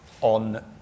on